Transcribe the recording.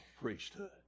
priesthood